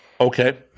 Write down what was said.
okay